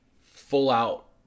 full-out